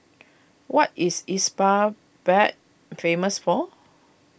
what is Isbabad famous for